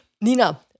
Nina